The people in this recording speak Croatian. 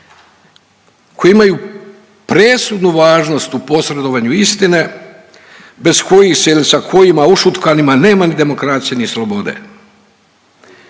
koji imaju presudnu važnost u posredovanju istine bez kojih se ili sa kojima ušutkanima nema ni demokracije, ni slobode.